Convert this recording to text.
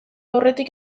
aurretik